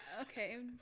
okay